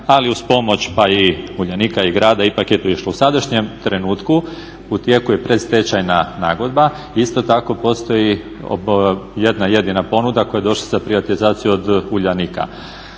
ali uz pomoć pa i Uljanika i grada ipak je to išlo. U sadašnjem trenutku u tijeku je predstečajna nagodba, isto tako postoji jedna jedina ponuda koja je došla za privatizaciju od Uljanika.